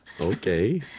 Okay